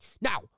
Now